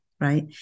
right